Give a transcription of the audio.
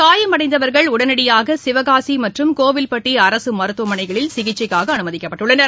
காயமடைந்தவர்கள் உடனடியாக சிவகாசி மற்றும் கோவிவ்பட்டி அரசு மருத்துவமனைகளில் சிகிச்சைக்காக அமைதிக்கப்பட்டுள்ளனர்